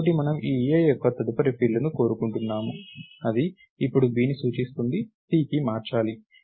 కాబట్టి మనము ఈ a యొక్క తదుపరి ఫీల్డ్ని కోరుకుంటున్నాము అది ఇప్పుడు bని సూచిస్తున్నది c కి మార్చాలి